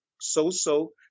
so-so